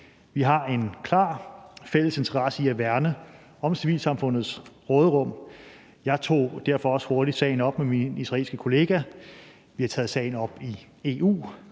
Vi har en klar fælles interesse i at værne om civilsamfundets råderum. Jeg tog derfor også hurtigt sagen op med min israelske kollega, vi har taget sagen op i EU,